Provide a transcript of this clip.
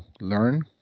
learn